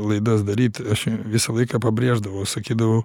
laidas daryt aš visą laiką pabrėždavau sakydavau